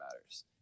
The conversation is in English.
matters